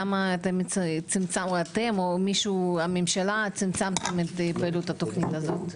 למה אתם או הממשלה צמצמתם את פעילות התוכנית הזו?